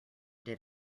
did